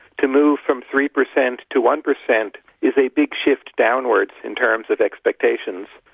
to move from three percent to one percent is a big shift downwards in terms of expectations.